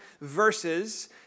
verses